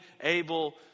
able